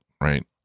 right